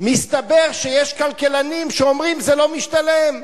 מסתבר שיש כלכלנים שאומרים: זה לא משתלם,